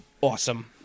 awesome